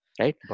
Right